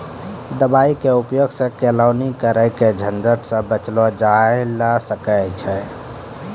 दवाई के उपयोग सॅ केलौनी करे के झंझट सॅ बचलो जाय ल सकै छै